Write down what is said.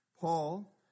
Paul